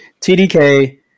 TDK